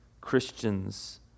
Christians